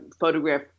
photograph